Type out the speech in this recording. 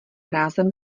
rázem